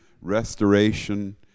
restoration